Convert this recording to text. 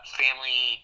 family